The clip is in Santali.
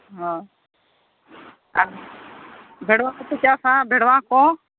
ᱦᱚᱸ ᱵᱷᱮᱲᱣᱟ ᱠᱚᱯᱮ ᱪᱟᱥᱟ ᱵᱮᱲᱣᱟ ᱠᱚ